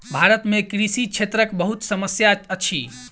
भारत में कृषि क्षेत्रक बहुत समस्या अछि